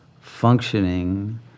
functioning